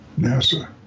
NASA